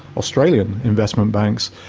australian investment banks,